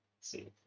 See